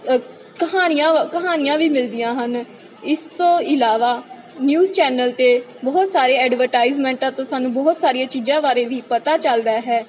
ਕਹਾਣੀਆਂ ਵ ਕਹਾਣੀਆਂ ਵੀ ਮਿਲਦੀਆਂ ਹਨ ਇਸ ਤੋਂ ਇਲਾਵਾ ਨਿਊਜ ਚੈਨਲ 'ਤੇ ਬਹੁਤ ਸਾਰੇ ਐਡਵਰਟਾਈਜਮੈਂਟਾਂ ਤੋਂ ਸਾਨੂੰ ਬਹੁਤ ਸਾਰੀਆਂ ਚੀਜ਼ਾਂ ਬਾਰੇ ਵੀ ਪਤਾ ਚੱਲਦਾ ਹੈ